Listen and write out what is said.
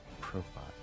profile